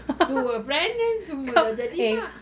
dua pregnant semua dah jadi mak